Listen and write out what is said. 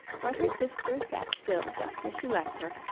but her sister sat still just as she left her,